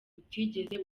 utigeze